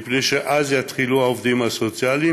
מפני שאז יתחילו העובדים הסוציאליים,